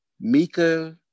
mika